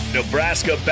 Nebraska